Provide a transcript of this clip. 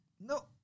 No